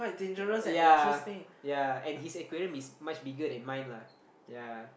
ya ya and his aquarium is much bigger than mine lah ya